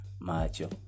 macho